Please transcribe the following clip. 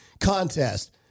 contest